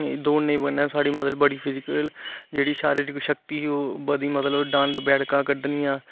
दौडने बजह कन्नै साढ़ी मतलब बडी फिजीकल जेहड़ी शारिरक शक्ती ही ओह् बधदी मतलब डंड बेठकां कड्ढनियां